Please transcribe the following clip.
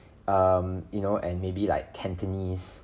um you know and maybe like cantonese